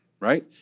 right